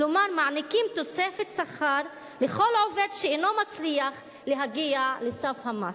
כלומר מעניקים תוספת שכר לכל עובד שאינו מצליח להגיע לסף המס.